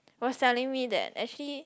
was telling me that actually